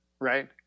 right